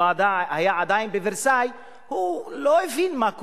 הוא היה עדיין בוורסאי,